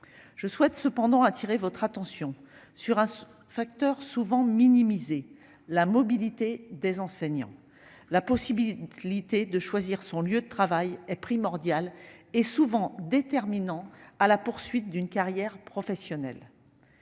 Je souhaite cependant attirer l'attention sur un facteur souvent minimisé : la mobilité des enseignants. La possibilité de choisir son lieu de travail est primordiale et souvent déterminante dans la poursuite d'une carrière professionnelle.